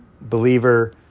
believer